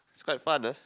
it's quite fun ah